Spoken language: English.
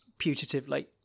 putatively